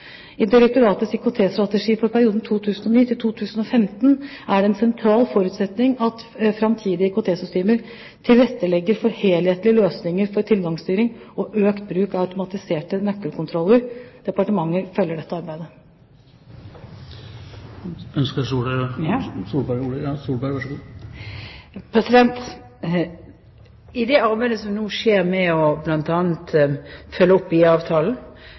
I direktoratets IKT-strategi for perioden 2009–2015 er det en sentral forutsetning at framtidige IKT-systemer tilrettelegger for helhetlige løsninger for tilgangsstyring og økt bruk av automatiserte nøkkelkontroller. Departementet følger dette arbeidet. I det arbeidet som nå skjer med bl.a. å følge opp IA-avtalen, følge opp når det gjelder uføretrygden, altså det å følge opp